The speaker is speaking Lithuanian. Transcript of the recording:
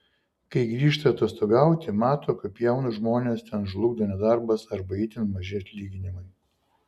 kai grįžta atostogauti mato kaip jaunus žmones ten žlugdo nedarbas arba itin maži atlyginimai